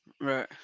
right